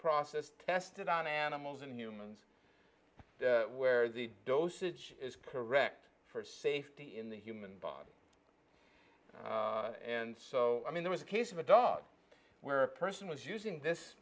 process tested on animals in humans where the dosage is correct for safety in the human body and so i mean there was a case of a dog where a person was using this